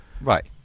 Right